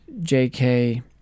jk